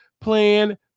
plan